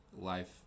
life